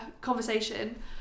conversation